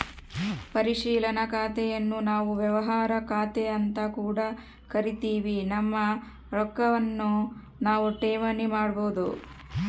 ಪರಿಶೀಲನಾ ಖಾತೆನ್ನು ನಾವು ವ್ಯವಹಾರ ಖಾತೆಅಂತ ಕೂಡ ಕರಿತಿವಿ, ನಮ್ಮ ರೊಕ್ವನ್ನು ನಾವು ಠೇವಣಿ ಮಾಡಬೋದು